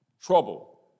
trouble